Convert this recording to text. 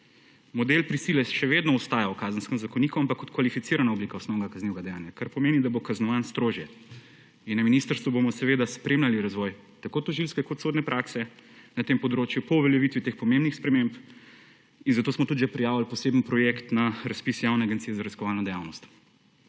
Model prisile še vedno ostaja v Kazenskem zakoniku, ampak kot kvalificirana oblika osnovnega kaznivega dejanja, kar pomeni, da bo kaznovan strožje. In na ministrstvu bomo spremljali razvoj tako tožilske kot sodne prakse na tem področju po uveljaviti teh pomembnih sprememb in zato smo tudi že prijavili poseben projekt na razpis javne agencije za raziskovalno dejavnost.